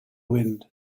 wind